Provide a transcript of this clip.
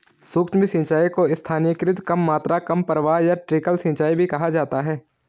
सूक्ष्म सिंचाई को स्थानीयकृत कम मात्रा कम प्रवाह या ट्रिकल सिंचाई भी कहा जाता है